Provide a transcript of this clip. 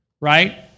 right